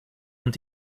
und